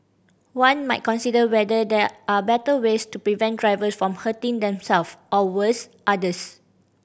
one might consider whether there are better ways to prevent drivers from hurting themselves or worse others